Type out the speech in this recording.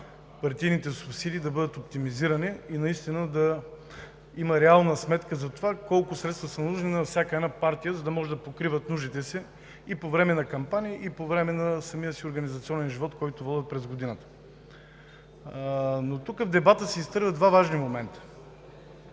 партийните субсидии да бъдат оптимизирани и наистина да има реална сметка на това колко средства са нужни на всяка партия, за да може да покрива нуждите си и по време на кампания, и по време на организационния ѝ живот, който води през годината. В дебата се изпускат два важни момента.